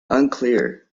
unclear